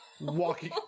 Walking